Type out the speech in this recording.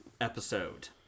episode